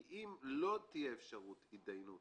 כי אם לא תהיה אפשרות להתדיינות